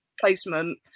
placement